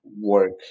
work